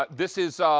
ah this is ah